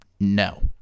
No